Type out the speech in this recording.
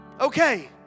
Okay